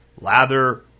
Lather